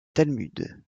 talmud